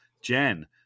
Jen